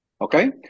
Okay